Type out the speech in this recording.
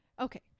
Okay